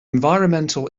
environmental